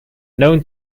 known